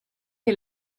che